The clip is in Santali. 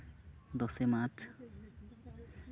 ᱫᱚᱥᱮ ᱢᱟᱨᱪ